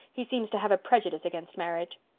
he seems to have a prejudice against marriage.